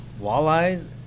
Walleyes